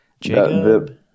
Jacob